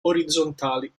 orizzontali